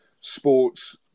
sports